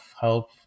help